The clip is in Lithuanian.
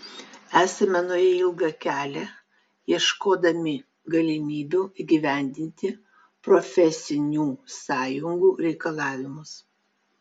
esame nuėję ilgą kelią ieškodami galimybių įgyvendinti profesinių sąjungų reikalavimus